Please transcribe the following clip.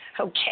Okay